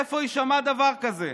איפה יישמע דבר כזה?